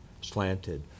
slanted